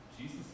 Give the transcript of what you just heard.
Jesus